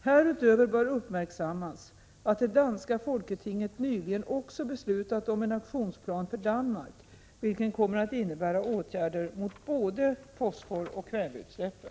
Härutöver bör uppmärksammas att det danska folketinget nyligen också beslutat om en aktionsplan för Danmark, vilken kommer att innebära åtgärder mot både fosforoch kväveutsläppen.